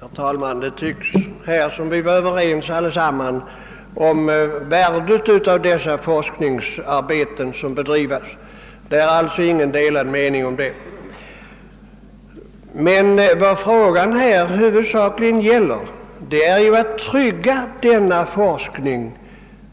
Herr talman! Det förefaller som om vi alla är överens om värdet av det forskningsarbete som bedrivs vid lantbrukshögskolan. Det råder alltså inga delade meningar om den saken. Vad frågan nu framför allt gäller är att trygga denna forskning